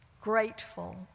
grateful